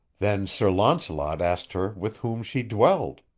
then sir launcelot asked her with whom she dwelled.